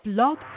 Blog